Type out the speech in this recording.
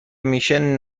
میشه